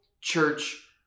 church